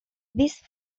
this